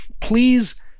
please